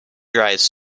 dries